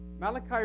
Malachi